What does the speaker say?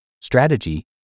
strategy